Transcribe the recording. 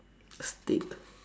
stick